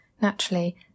Naturally